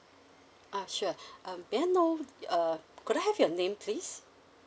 ah sure uh may I know uh could I have your name please